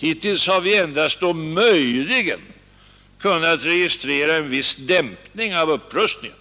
Hittills har vi endast och möjligen kunnat registrera en viss dämpning av upprustningen